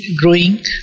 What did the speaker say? growing